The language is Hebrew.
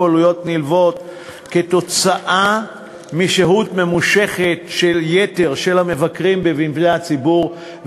עלויות נלוות עקב שהות ממושכת-יתר של המבקרים במבני הציבור,